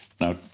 Now